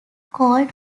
called